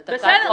בסדר.